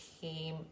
came